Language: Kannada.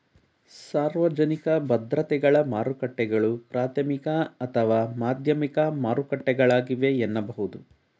ಸಾರ್ವಜನಿಕ ಭದ್ರತೆಗಳ ಮಾರುಕಟ್ಟೆಗಳು ಪ್ರಾಥಮಿಕ ಅಥವಾ ಮಾಧ್ಯಮಿಕ ಮಾರುಕಟ್ಟೆಗಳಾಗಿವೆ ಎನ್ನಬಹುದು